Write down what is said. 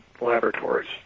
laboratories